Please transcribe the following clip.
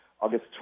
August